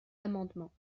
amendement